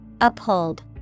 Uphold